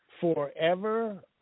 forever